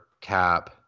cap